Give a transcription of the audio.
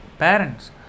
parents